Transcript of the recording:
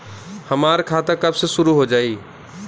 हमार खाता कब से शूरू हो जाई?